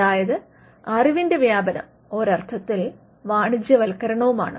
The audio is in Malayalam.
അതായത് അറിവിന്റെ വ്യാപനം ഒരർത്ഥത്തിൽ വാണിജ്യവത്കരണവുമാണ്